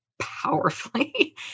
powerfully